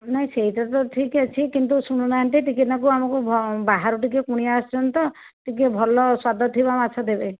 ନାଇଁ ସେଇଟା ତ ଠିକ୍ ଅଛି କିନ୍ତୁ ଶୁଣନାହାନ୍ତି ଟିକିଏ ନାଆକୁ ଆମକୁ ବାହାରୁ ଟିକିଏ କୁଣିଆ ଆସୁଛନ୍ତି ତ ଟିକିଏ ଭଲ ସ୍ୱାଦ ଥିବା ମାଛ ଦେବେ